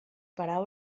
paraules